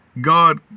God